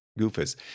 Goofus